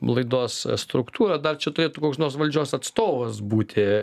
laidos struktūrą dar čia turėtų koks nors valdžios atstovas būti